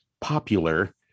popular